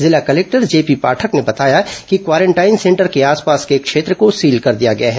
जिला कलेक्टर जेपी पाठक ने बताया कि क्वारेंटाइन सेंटर के आसपास के क्षेत्र को सील कर दिया गया है